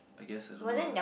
I guess I don't know lah